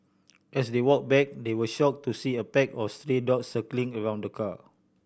as they walk back they were shock to see a pack of stray dogs circling around the car